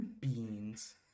Beans